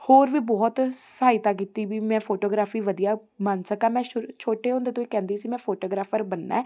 ਹੋਰ ਵੀ ਬਹੁਤ ਸਹਾਇਤਾ ਕੀਤੀ ਵੀ ਮੈਂ ਫੋਟੋਗ੍ਰਾਫੀ ਵਧੀਆ ਬਣ ਸਕਾਂ ਮੈਂ ਸ਼ੁ ਛੋਟੇ ਹੁੰਦੇ ਤੋਂ ਕਹਿੰਦੀ ਸੀ ਮੈਂ ਫੋਟੋਗ੍ਰਾਫਰ ਬਣਨਾ